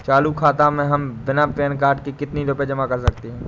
चालू खाता में हम बिना पैन कार्ड के कितनी रूपए जमा कर सकते हैं?